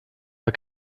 war